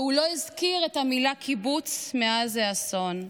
והוא לא הזכיר את המילה קיבוץ מאז האסון.